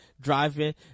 driving